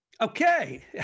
Okay